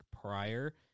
prior